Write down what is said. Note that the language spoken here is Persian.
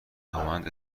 همانند